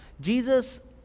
Jesus